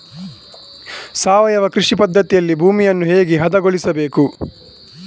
ಸಾವಯವ ಕೃಷಿ ಪದ್ಧತಿಯಲ್ಲಿ ಭೂಮಿಯನ್ನು ಹೇಗೆ ಹದಗೊಳಿಸಬೇಕು?